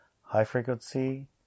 high-frequency